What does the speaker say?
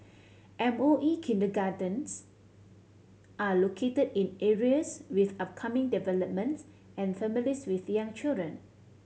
M O E kindergartens are located in areas with upcoming developments and families with young children